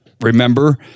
Remember